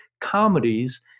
comedies